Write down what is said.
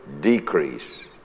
decrease